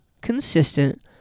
consistent